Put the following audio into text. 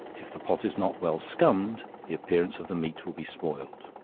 if the pot is not well scummed, the appearance of the meat will be spoiled.